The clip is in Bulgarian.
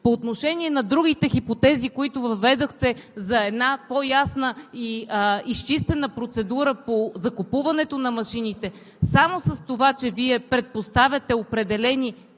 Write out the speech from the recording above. По отношение на другите хипотези, които въведохте, за една по-ясна и изчистена процедура по закупуването на машините, само с това, че Вие предпоставяте определени